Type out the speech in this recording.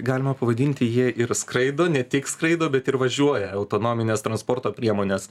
galima pavadinti jie ir skraido ne tik skraido bet ir važiuoja autonominės transporto priemonės